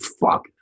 fuck